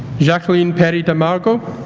jacqueline perri darmago